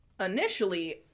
Initially